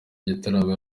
igitaramo